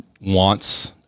wants